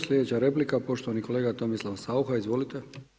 Sljedeća replika poštovani kolega Tomislav Saucha, izvolite.